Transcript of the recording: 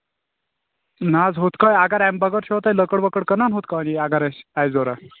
نہ حظ یِتھٕ پٲٹھۍ اَگر اَمہِ بغٲر چھَو تۄہہِ لٔکٕر ؤکٕر کٔنٕن یِتھٕ پٲٹھۍ یہِ اَگر اَسہِ آسہِ ضروٗرت